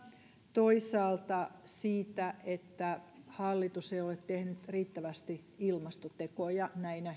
toisaalta siitä että hallitus ei ole tehnyt riittävästi ilmastotekoja heti näinä